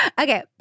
Okay